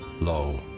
Lo